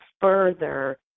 further